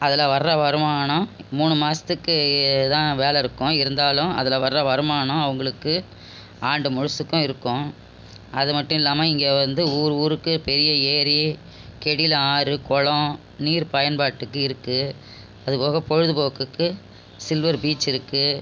அதில் வர வருமானம் மூணு மாதத்துக்கு தான் வேலை இருக்கும் இருந்தாலும் அதில் வர வருமானம் அவங்களுக்கு ஆண்டு முழுசுக்கும் இருக்கும் அது மட்டும் இல்லாமல் இங்கே வந்து ஊர் ஊருக்கு பெரிய ஏறி கெடில் ஆறு குளோம் நீர் பயன்பாட்டுக்கு இருக்கு அது போக பொழுதுப்போக்குக்கு சில்வர் பீச் இருக்கு